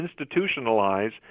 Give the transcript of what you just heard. institutionalize